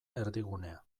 erdigunea